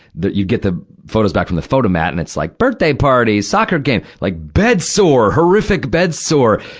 the, you get the photos back from the photo mat, and it's like, birthday party! soccer game! like, bed sore! horrific bed sore!